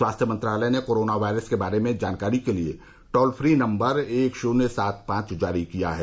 स्वास्थ्य मंत्रालय ने कोरोना वायरस के बारे में जानकारी के लिए टोल फ्री नम्बर एक शून्य सात पांच जारी किया है